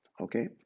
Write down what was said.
Okay